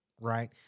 right